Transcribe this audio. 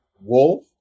Wolf